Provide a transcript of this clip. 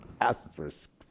Asterisks